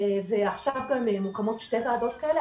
ועכשיו מוקמות שתי ועדות כאלה,